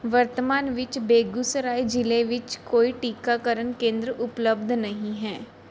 ਵਰਤਮਾਨ ਵਿੱਚ ਬੇਗੂਸਰਾਏ ਜ਼ਿਲ੍ਹੇ ਵਿੱਚ ਕੋਈ ਟੀਕਾਕਰਨ ਕੇਂਦਰ ਉਪਲਬਧ ਨਹੀਂ ਹੈ